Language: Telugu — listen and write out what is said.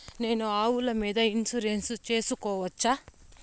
నేను ఆవుల మీద ఇన్సూరెన్సు సేసుకోవచ్చా?